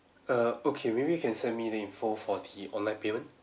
err okay maybe you can send me the info for the online payment